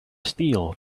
steel